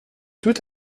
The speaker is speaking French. tout